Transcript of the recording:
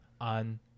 on